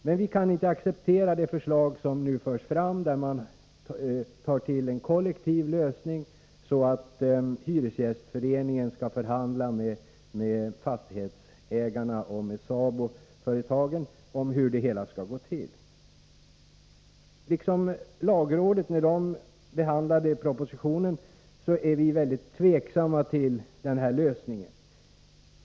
Men vi kan inte acceptera det förslag som nu förs fram, där man tar till en kollektiv lösning, så att hyresgästföreningen skall förhandla med fastighetsägarna och med SABO-företagen om hur underhållet skall skötas. Liksom lagrådet var när det behandlade propositionen är vi mycket tveksamma till den här lösningen.